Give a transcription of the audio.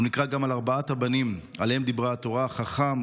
אנחנו נקרא גם על ארבעת הבנים שעליהם דיברה התורה: חכם,